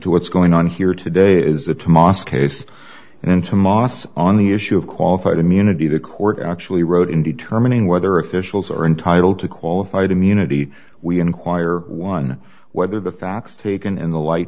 to what's going on here today is the to mosque a c and then to moss on the issue of qualified immunity the court actually wrote in determining whether officials are entitled to qualified immunity we enquire one whether the facts taken in the light